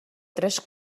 tres